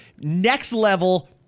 next-level